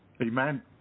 amen